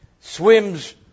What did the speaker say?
swims